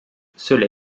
cela